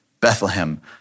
Bethlehem